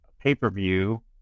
pay-per-view